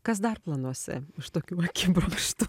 kas dar planuose iš tokių akibrokštų